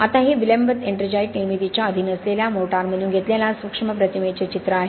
आता हे विलंबित एट्रिंजाइट निर्मितीच्या अधीन असलेल्या मोर्टारमधून घेतलेल्या सूक्ष्म प्रतिमेचे चित्र आहे